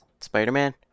Spider-Man